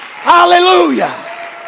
Hallelujah